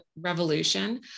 Revolution